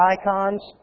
icons